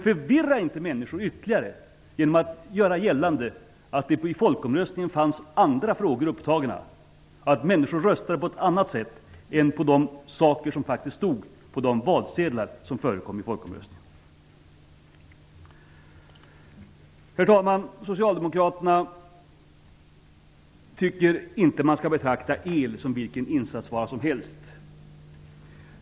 Förvirra inte människor ytterligare genom att göra gällande att det vid folkomröstningen fanns andra frågor upptagna och att människor röstade på ett annat sätt än på de saker som faktiskt stod på de valsedlar som förekom vid folkomröstningen! Herr talman! Socialdemokraterna tycker inte att man skall betrakta el som vilken insatsvara som helst.